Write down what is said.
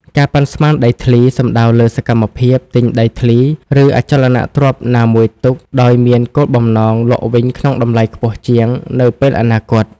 ការប៉ាន់ស្មានដីធ្លី សំដៅលើសកម្មភាព ទិញដីធ្លី ឬអចលនទ្រព្យណាមួយទុក ដោយមានគោលបំណង លក់វិញក្នុងតម្លៃខ្ពស់ជាង នៅពេលអនាគត។